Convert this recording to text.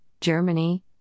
Germany